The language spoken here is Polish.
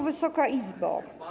Wysoka Izbo!